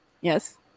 yes